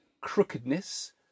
crookedness